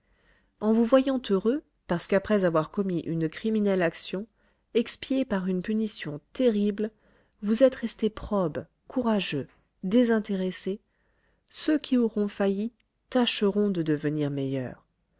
en vous voyant heureux parce qu'après avoir commis une criminelle action expiée par une punition terrible vous êtes resté probe courageux désintéressé ceux qui auront failli tâcheront de devenir meilleurs